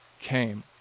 came